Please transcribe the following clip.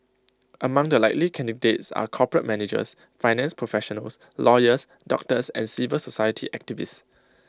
among the likely candidates are corporate managers finance professionals lawyers doctors and civil society activists